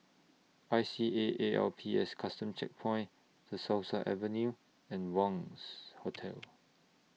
I C A A L P S Custom Checkpoint De Souza Avenue and Wangz Hotel